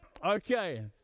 Okay